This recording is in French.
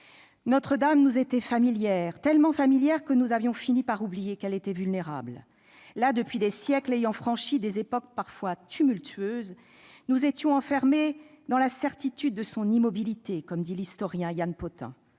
Notre-Dame nous était familière, tellement familière que nous avions fini par oublier qu'elle était vulnérable. Parce qu'elle est là depuis des siècles, ayant franchi des époques parfois tumultueuses, nous étions enfermés dans la certitude de son immobilité, comme le dit l'historien Yann Potin.